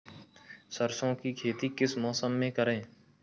सरसों की खेती किस मौसम में करें?